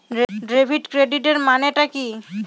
Debit ক্রেডিটের মানে টা কি?